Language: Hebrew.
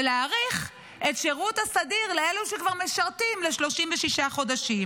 ולהאריך את שירות הסדיר לאלה שכבר משרתים ל-36 חודשים.